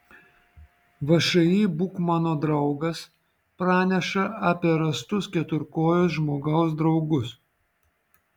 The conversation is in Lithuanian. všį būk mano draugas praneša apie rastus keturkojus žmogaus draugus